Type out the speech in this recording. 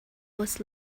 was